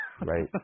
Right